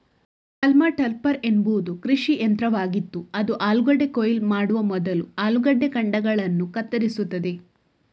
haulm topper ಎಂಬುದು ಕೃಷಿ ಯಂತ್ರವಾಗಿದ್ದು ಅದು ಆಲೂಗಡ್ಡೆ ಕೊಯ್ಲು ಮಾಡುವ ಮೊದಲು ಆಲೂಗಡ್ಡೆ ಕಾಂಡಗಳನ್ನು ಕತ್ತರಿಸುತ್ತದೆ